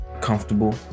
comfortable